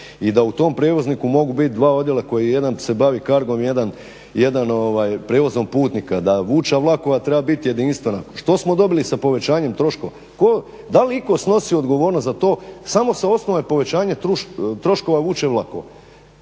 i da u tom prijevozniku mogu biti dva odijela koji jedan se bavi Cargom, jedan prijevozom putnika, da vuča vlakova treba biti jedinstvena. Što smo dobili sa povećanjem troškova? Da li itko snosi odgovornost za to samo s osnove povećanja troškova vuče vlakova